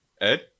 Ed